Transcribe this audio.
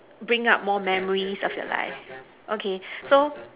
bring up more memories of your life okay so